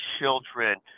children